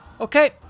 Okay